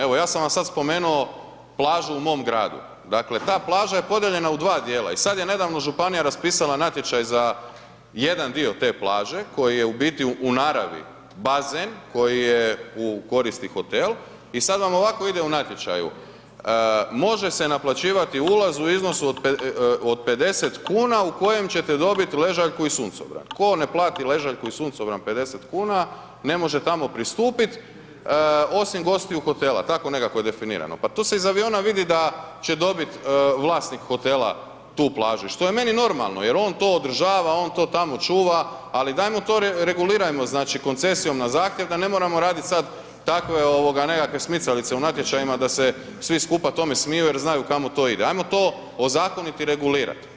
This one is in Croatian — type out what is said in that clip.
Evo, ja sam vam sad spomenuo plažu u mom gradu, dakle ta plaža je podijeljena u dva dijela i sad je nedavno županija raspisala natječaj za jedan dio te plaže koji je u biti u naravi bazen koji je u koristi hotel i sad vam ovako ide u natječaju, može se naplaćivati ulaz u iznosu od 50,00 kn u kojem ćete dobit ležaljku i suncobran, ko ne plati ležaljku i suncobran 50,00 kn ne može tamo pristupit osim gostiju hotela, tako nekako je definirano, pa to se iz aviona vidi da će dobit vlasnik hotela tu plažu i što je meni normalno jer on to održava, on to tamo čuva, ali dajmo to regulirajmo, znači koncesijom na zahtjev da ne moramo radit sad takve ovoga nekakve smicalice u natječajima da se svi skupa tome smiju jer znaju kamo to ide, ajmo to ozakonit i regulirat.